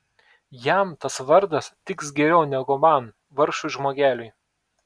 jam tas vardas tiks geriau negu man vargšui žmogeliui